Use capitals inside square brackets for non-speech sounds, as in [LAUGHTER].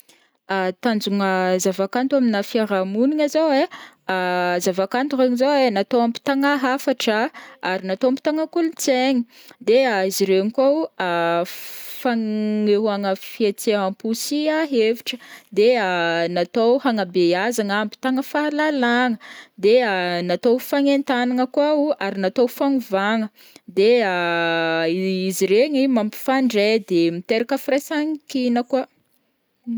[HESITATION] tanjogna zava-kanto amina fiarahamonigny zao ai, [HESITATION] zava-kanto regny zao ai natao hampitagna hafatra ary natao hampitagna kolontsaigny, de [HESITATION] izy iregny koa o [HESITATION] fagnehoagna fihetsehampo sy hevitra, de [HESITATION] natao hagnabezagna, hampitagna fahalalagna, de [HESITATION] natao ho fagnentagnagna koa o ary natao ho fagnovagna, de [HESITATION] izy iregny mampifandray de miteraka firaisankina koa.